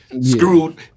screwed